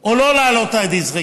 או לא להעלות את ה-disregard,